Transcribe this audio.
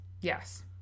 Yes